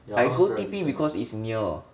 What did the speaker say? I go T_P because it's near